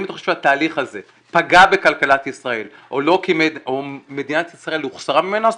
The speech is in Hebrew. אם אתה חושב שהתהליך הזה פגע בכלכלת ישראל או מדינת ישראל הוחסרה ממנו,